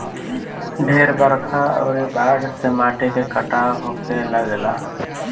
ढेर बरखा अउरी बाढ़ से माटी के कटाव होखे लागेला